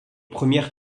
premières